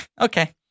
Okay